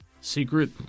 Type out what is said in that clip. Secret